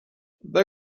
they